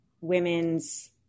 women's